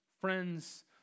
friends